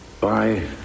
bye